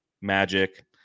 magic